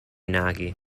nagy